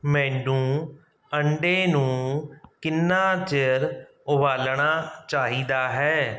ਮੈਨੂੰ ਅੰਡੇ ਨੂੰ ਕਿੰਨਾ ਚਿਰ ਉਬਾਲਣਾ ਚਾਹੀਦਾ ਹੈ